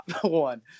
one